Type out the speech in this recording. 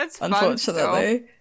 unfortunately